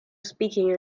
speaking